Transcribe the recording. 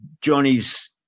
Johnny's